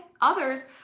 others